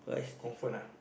comfort ah